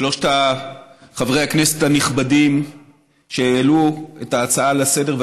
שלושת חברי הכנסת הנכבדים שהעלו את ההצעה לסדר-היום,